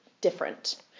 different